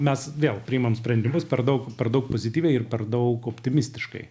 mes vėl priimam sprendimus per daug per daug pozityviai ir per daug optimistiškai